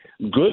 good